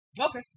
okay